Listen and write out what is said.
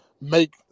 make